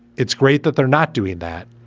it's great that they're not doing that.